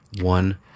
One